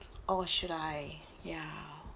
oh should I ya